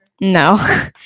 No